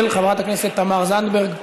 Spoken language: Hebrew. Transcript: של חברת הכנסת תמר זנדברג.